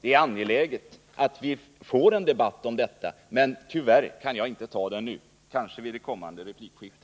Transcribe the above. Det är angeläget att vi får en debatt om försvaret, men tyvärr kan jag inte ta den nu — kanske i ett kommande replikskifte.